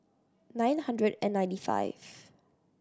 nine hundred and ninety five